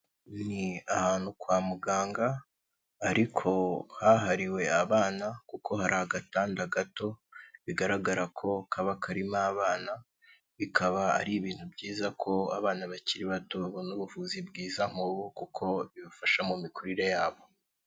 Ni ahantu kwa muganga, ariko hahariwe abana, kuko hari agatanda gato, bigaragara ko kaba karimo abana, bikaba ari ibintu byiza ko abana bakiri bato babona ubuvuzi bwiza nk'ubu, kuko bibafasha mu mikurire yabo.